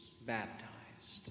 baptized